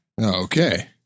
Okay